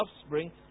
offspring